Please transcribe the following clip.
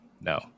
no